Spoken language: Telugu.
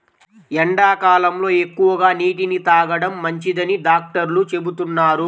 ఎండాకాలంలో ఎక్కువగా నీటిని తాగడం మంచిదని డాక్టర్లు చెబుతున్నారు